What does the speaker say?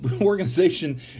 organization